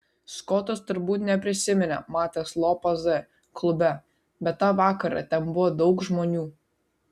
skotas turbūt neprisiminė matęs lopą z klube bet tą vakarą ten buvo daug žmonių